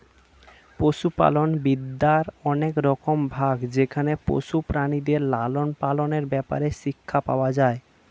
পশুপালন বিদ্যার অনেক রকম ভাগ যেখানে পশু প্রাণীদের লালন পালনের ব্যাপারে শিক্ষা পাওয়া যায়